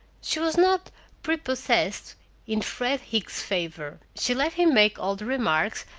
she was not prepossessed in fred hicks's favor. she let him make all the remarks,